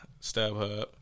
StubHub